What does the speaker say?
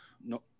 No